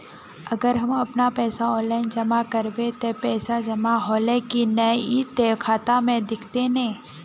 अगर हम अपन पैसा ऑफलाइन जमा करबे ते पैसा जमा होले की नय इ ते खाता में दिखते ने?